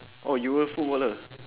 oh you were a footballer